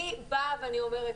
אני אומרת,